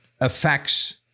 affects